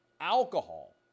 Alcohol